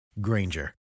Granger